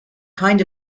kind